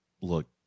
Look